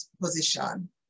position